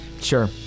sure